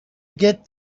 get